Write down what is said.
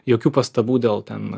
jokių pastabų dėl ten